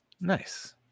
Nice